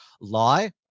lie